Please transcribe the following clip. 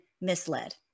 misled